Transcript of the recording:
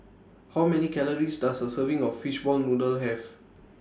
How Many Calories Does A Serving of Fishball Noodle Have